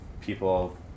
people